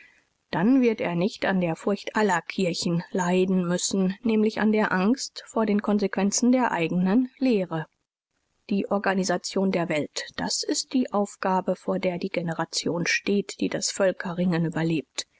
dann wird er nicht an der furcht aller kirchen leiden dürfen nämlich an der angst vor den consequenzen der eigenen lehre die organisation der welt das ist die aufgabe vor der die generation steht die das völkerringen überlebt